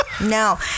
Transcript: no